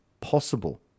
possible